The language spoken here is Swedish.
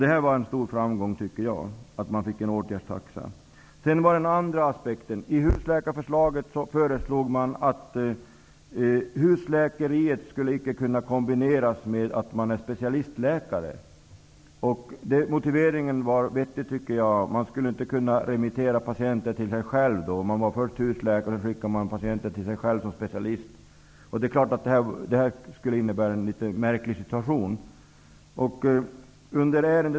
Det var en stor framgång att nu få en åtgärdstaxa. I husläkarförslaget föreslogs husläkeriet inte skulle kunna kombineras med att man är specialistläkare. Jag tycker att motiveringen var vettig. Man skulle inte kunna remittera patienter till sig själv. Om man själv var husläkare skulle man inte kunna remittera patienten till sig själv som specialist. Det skulle innebära en litet märklig situation.